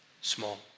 small